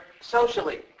socially